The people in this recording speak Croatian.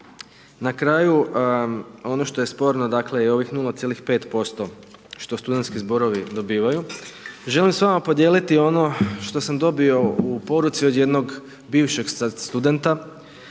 Na kraju ono što je sporno, dakle je ovih 0,5% što studentski zborovi dobivaju. Želim s vama podijeliti ono što sam dobio u poruci od jednog bivšeg sad studenta